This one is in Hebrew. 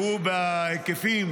שהוא בהיקפים